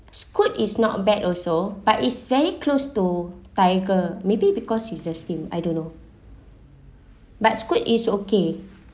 Scoot is not bad also but it's very close to Tiger maybe because it's the same I don't know but Scoot is okay